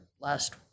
last